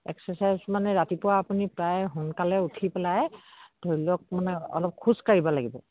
exercise মানে ৰাতিপুৱা আপুনি প্ৰায় সোনকালে উঠি পেলাই ধৰি লওক মানে অলপ খোজ কঢ়িব লাগিব